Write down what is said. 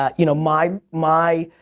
ah you know, my my